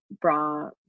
bra